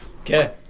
Okay